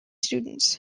students